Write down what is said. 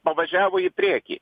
pavažiavo į priekį